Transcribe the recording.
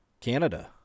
Canada